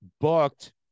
booked